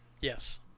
Yes